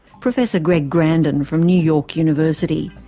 professor greg grandin from new york university.